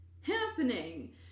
happening